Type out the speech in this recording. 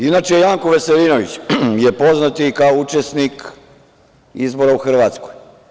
Inače, Janko Veselinović je poznat i kao učesnik izbora u Hrvatskoj.